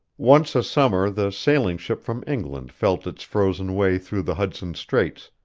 once a summer the sailing ship from england felt its frozen way through the hudson straits,